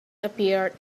appeared